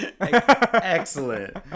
Excellent